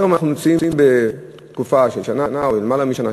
והיום אנחנו נמצאים בתקופה של שנה או למעלה משנה,